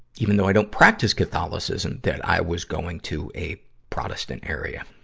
even though i don't practice catholicism, that i was going to a protestant area.